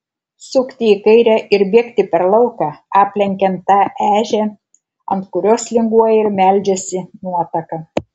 sukti į kairę ir bėgti per lauką aplenkiant tą ežią ant kurios linguoja ir meldžiasi nuotaka